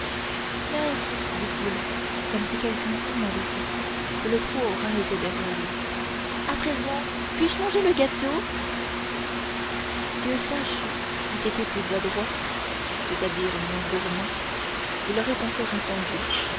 dit-il comme si quelque instinct l'avertissait que le trou aux rats était derrière lui à présent puis-je manger le gâteau si eustache eût été plus adroit c'est-à-dire moins gourmand il aurait encore attendu